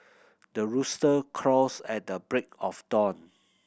the rooster crows at the break of dawn